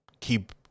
keep